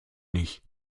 nicht